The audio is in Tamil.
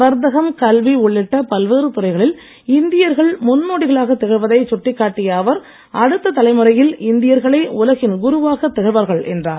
வர்த்தகம் கல்வி உள்ளிட்ட பல்வேறு துறைகளில் இந்தியர்கள் முன்னோடிகளாகத் திகழ்வதை சுட்டிக் காட்டிய அவர் அடுத்த தலைமுறையில் இந்தியர்களே உலகின் குருவாக திகழ்வார்கள் என்றார்